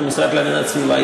כמשרד להגנת הסביבה,